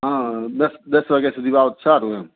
હા દસ દસ વાગ્યા સુધીમાં આવો તો સારું એમ